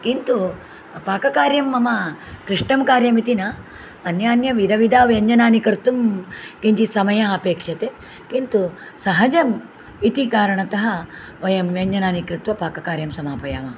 किन्तु पाककार्यं मम क्लिष्टं कार्यम् इति न अन्यान्यविधविधव्यञ्जनं कर्तुं किञ्चित् समयः अपेक्षते किन्तु सहजम् इति कारणतः वयं व्यञ्जनानि कृत्वा पाककार्यं समापयामः